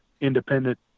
independent